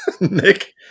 Nick